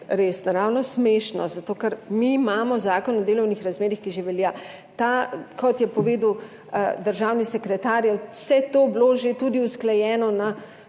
res naravnost smešno. Zato, ker mi imamo Zakon o delovnih razmerjih, ki že velja. Kot je povedal državni sekretar, je vse to bilo že tudi usklajeno na